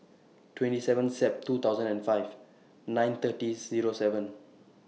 twenty seven Sep two thousand and five nine thirty Zero seven